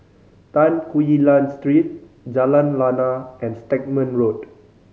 Tan Quee Lan Street Jalan Lana and Stagmont Road